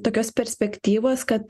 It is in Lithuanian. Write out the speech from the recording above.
tokios perspektyvos kad